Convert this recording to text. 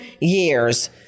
years